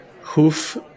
hoof